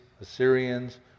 Assyrians